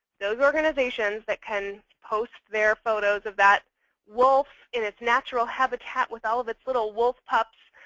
those organizations that can post their photos of that wolf in its natural habitat with all of its little wolf pups,